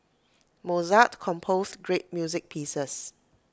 Mozart composed great music pieces